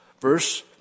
Verse